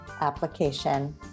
application